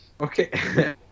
Okay